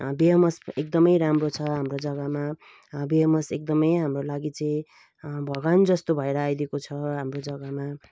बेमस एकदमै राम्रो छ हाम्रो जगामा बेमस एकदमै हाम्रो लागि चाहिँ भगवान् जस्तो भएर आइदिएको छ हाम्रो जगामा